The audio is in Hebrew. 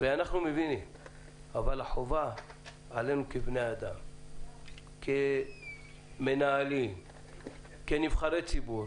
אבל החובה עלינו כבני אדם, כמנהלים, כנבחרי ציבור